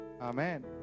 Amen